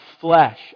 flesh